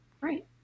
Right